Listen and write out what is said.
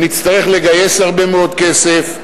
ונצטרך לגייס הרבה מאוד כסף,